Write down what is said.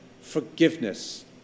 forgiveness